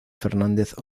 fernández